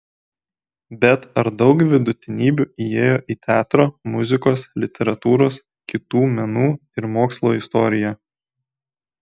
bet ar daug vidutinybių įėjo į teatro muzikos literatūros kitų menų ir mokslų istoriją